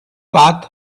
path